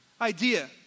idea